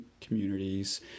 communities